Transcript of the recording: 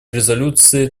резолюции